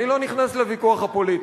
אני לא נכנס לוויכוח הפוליטי.